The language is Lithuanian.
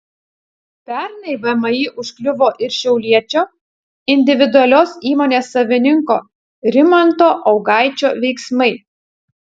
pernai vmi užkliuvo ir šiauliečio individualios įmonės savininko rimanto augaičio veiksmai